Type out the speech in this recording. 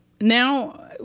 now